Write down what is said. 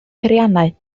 peiriannau